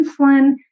insulin